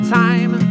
time